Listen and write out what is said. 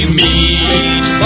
meet